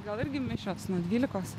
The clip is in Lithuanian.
gal irgi mišios nuo dvylikos